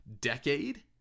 decade